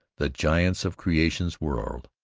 the giants of creation's world.